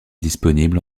disponible